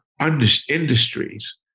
industries